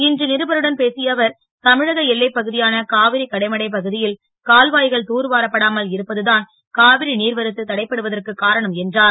இன்று றுபருடன் பேசிய அவர் தமிழக எல்லைப் பகு யான காவிரி கடைமடை பகு ல் கால்வா கள் தூர்வாரப்படாமல் இருப்பது தான் காவிரி நீர்வரத்து தடைபடுவதற்கு காரணம் என்றார்